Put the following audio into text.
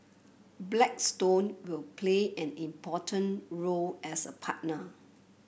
Blackstone will play an important role as a partner